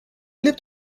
lebt